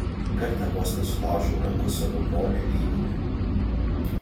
kartą vos nesulaužiau rankos savo broliui deividui